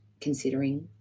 considering